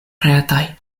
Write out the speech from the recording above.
pretaj